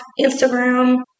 Instagram